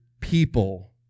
people